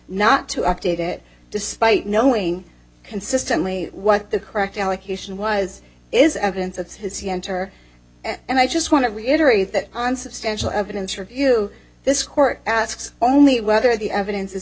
not to update it despite knowing consistently what the correct allocation was is evidence of his you enter and i just want to reiterate that on substantial evidence review this court asks only whether the evidence is